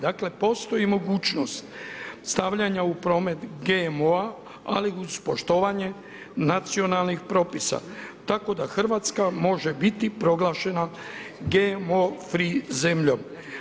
Dakle, postoji mogućnost stavljanja u promet GMO-a ali uz poštovanje nacionalnih propisa, tako da Hrvatska može biti proglašena GMO free zemljom.